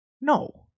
No